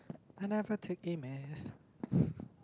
I never take A-maths